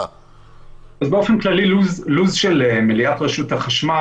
באופן כללי לו"ז של מליאת רשות החשמל,